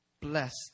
blessed